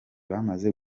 bamaze